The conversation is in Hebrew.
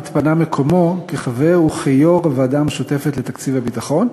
התפנה מקומו כחבר וכיו"ר הוועדה המשותפת לתקציב הביטחון.